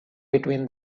between